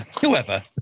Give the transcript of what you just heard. whoever